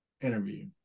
interview